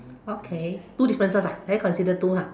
okay two differences ah then consider two ah